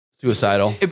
Suicidal